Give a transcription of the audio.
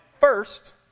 first